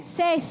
say